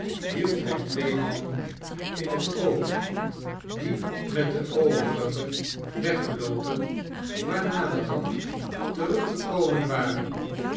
held hij twee mannen in het oog die met de overige weggeloopen maar naderhand teruggekomen waren